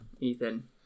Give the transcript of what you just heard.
ethan